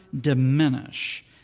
diminish